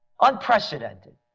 Unprecedented